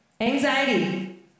Anxiety